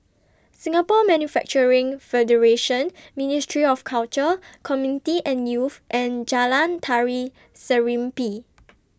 Singapore Manufacturing Federation Ministry of Culture Community and Youth and Jalan Tari Serimpi